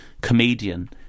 comedian